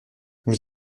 vous